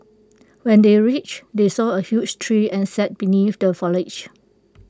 when they reached they saw A huge tree and sat beneath the foliage